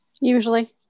Usually